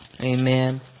Amen